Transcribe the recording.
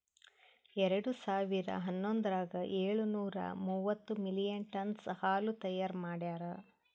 ಎರಡು ಸಾವಿರಾ ಹನ್ನೊಂದರಾಗ ಏಳು ನೂರಾ ಮೂವತ್ತು ಮಿಲಿಯನ್ ಟನ್ನ್ಸ್ ಹಾಲು ತೈಯಾರ್ ಮಾಡ್ಯಾರ್